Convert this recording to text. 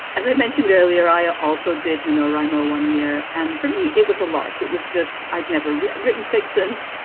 as i mentioned earlier, i also did know raymo one year. and for me, it was a lark. it was just i'd never written written fiction,